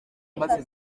amaze